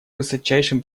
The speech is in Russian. высочайшим